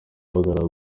ubuhanga